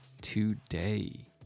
today